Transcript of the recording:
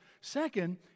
Second